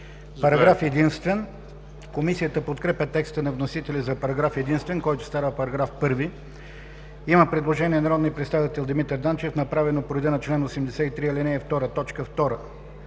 Параграф единствен. Комисията подкрепя текста на вносителя за параграф единствен, който става § 1. Има предложение на народния представител Димитър Данчев, направено по реда на чл. 83, ал.